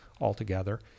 altogether